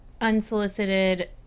unsolicited